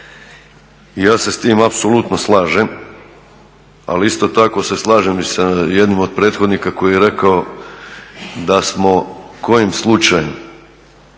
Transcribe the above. Ja se s tim apsolutno slažem, ali isto tako se slažem i sa jednim od prethodnika koji je rekao da smo kojim slučajem